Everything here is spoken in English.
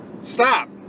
stop